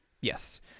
Yes